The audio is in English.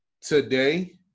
today